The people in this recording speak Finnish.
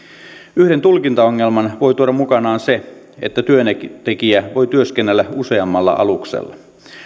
yhden tulkintaongelman voi tuoda mukanaan se että työntekijä voi työskennellä useammalla aluksella